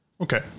okay